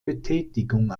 betätigung